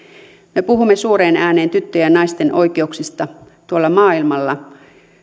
me puhumme suureen ääneen tyttöjen ja naisten oikeuksista tuolla maailmalla